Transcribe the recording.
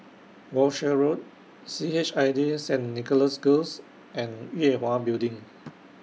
Walshe Road C H I J Saint Nicholas Girls and Yue Hwa Building